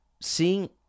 seeing